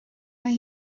mae